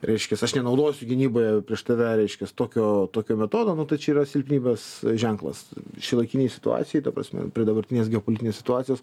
reiškias aš nenaudosiu gynybai prieš tave reiškias tokio tokio metodo nu tai čia yra silpnybės ženklas šiuolaikinėj situacijoj ta prasme prie dabartinės geopolitinės situacijos